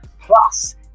Plus